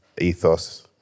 ethos